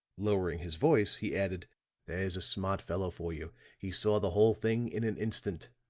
lowering his voice, he added there's a smart fellow for you he saw the whole thing in an instant.